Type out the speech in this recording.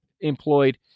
employed